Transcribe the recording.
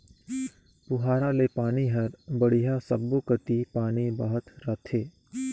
पुहारा ले पानी हर बड़िया सब्बो कति पानी बहत रथे